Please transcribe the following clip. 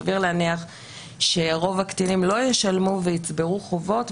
סביר להניח שרוב הקטינים לא ישלמו ויצברו חובות.